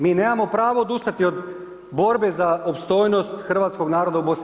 Mi nemamo pravo odustati od borbe za opstojnost hrvatskog naroda u BiH.